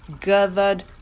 gathered